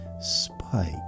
Spike